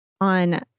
on